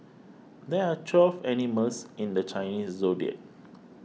there are twelve animals in the Chinese zodiac